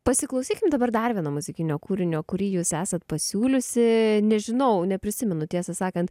pasiklausykim dabar dar vieno muzikinio kūrinio kurį jūs esat pasiūliusi nežinau neprisimenu tiesą sakant